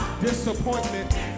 disappointment